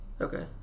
Okay